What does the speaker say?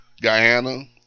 Guyana